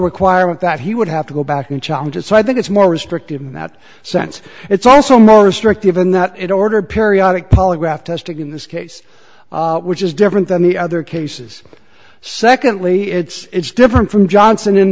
requirement that he would have to go back and challenge it so i think it's more restrictive in that sense it's also more restrictive in that it order periodic polygraph testing in this case which is different than the other cases secondly it's different from johnson in